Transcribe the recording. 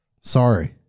Sorry